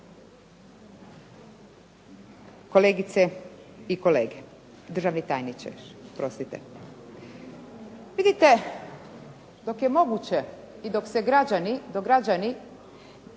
kolegice i kolege, državni tajniče, oprostite. Vidite, dok je moguće i dok se građani,